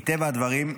מטבע הדברים,